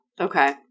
Okay